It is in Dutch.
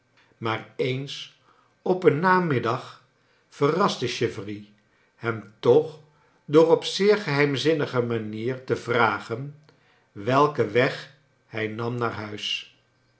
maar eens op een namid dag verraste chivery hem toch door op zeer geheimzinnige manier te vragen welken weg hij nam naar huis